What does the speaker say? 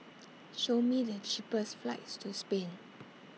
Show Me The cheapest flights to Spain